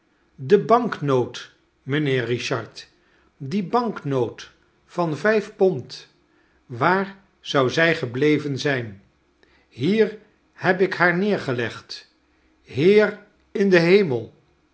de banknoot mijnheer richard die banknoot van vijf pond waar zou zij gebleven zijn hier heb ik haar neergelegd heer in den hemel